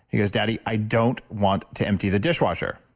he goes, daddy, i don't want to empty the dishwasher.